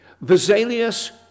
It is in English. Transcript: Vesalius